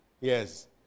Yes